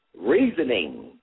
Reasoning